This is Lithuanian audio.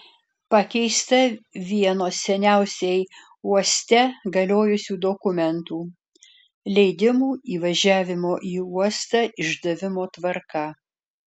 pakeista vieno seniausiai uoste galiojusių dokumentų leidimų įvažiavimo į uostą išdavimo tvarka